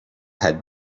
had